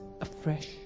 afresh